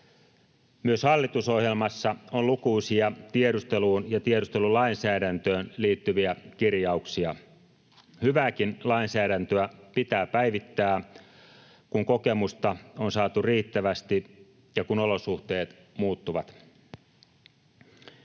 Myös hallitusohjelmassa on lukuisia tiedusteluun ja tiedustelulainsäädäntöön liittyviä kirjauksia. Hyvääkin lainsäädäntöä pitää päivittää, kun kokemusta on saatu riittävästi ja kun olosuhteet muuttuvat.